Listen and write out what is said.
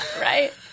right